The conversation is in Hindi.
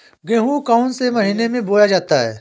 गेहूँ कौन से महीने में बोया जाता है?